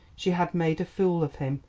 she had made a fool of him,